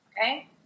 okay